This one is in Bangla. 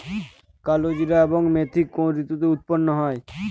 কালোজিরা এবং মেথি কোন ঋতুতে উৎপন্ন হয়?